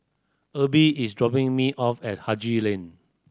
Erby is dropping me off at Haji Lane